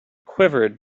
quivered